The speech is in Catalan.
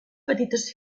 petites